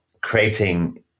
creating